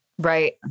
Right